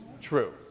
True